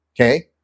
okay